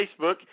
Facebook